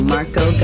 Marco